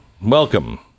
welcome